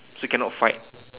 so cannot fight